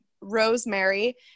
rosemary